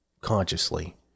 consciously